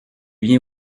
bien